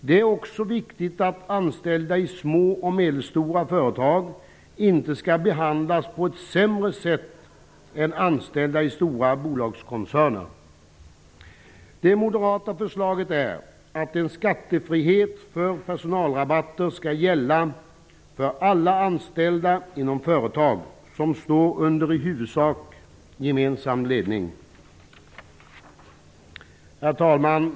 Det är också viktigt att anställda i små och medelstora företag inte behandlas på ett sämre sätt än anställda i stora bolagskoncerner. Det moderata förslaget är, att en skattefrihet för personalrabatter skall gälla för alla anställda inom företag som står under i huvudsak gemensam ledning. Herr talman!